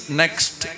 next